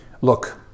Look